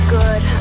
good